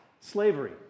Slavery